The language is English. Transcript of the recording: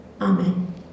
Amen